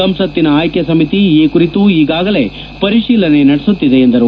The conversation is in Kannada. ಸಂಸತ್ತಿನ ಆಯ್ನೆ ಸಮಿತಿ ಈ ಕುರಿತು ಈಗಾಗಲೇ ಪರಿಶೀಲನೆ ನಡೆಸುತ್ತಿದೆ ಎಂದರು